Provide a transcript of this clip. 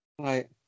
Right